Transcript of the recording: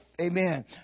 Amen